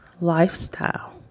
lifestyle